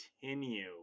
continue